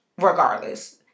regardless